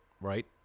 right